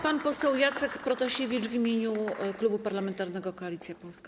Pan poseł Jacek Protasiewicz w imieniu Klubu Parlamentarnego Koalicja Polska.